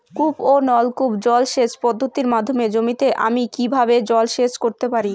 কূপ ও নলকূপ জলসেচ পদ্ধতির মাধ্যমে জমিতে আমি কীভাবে জলসেচ করতে পারি?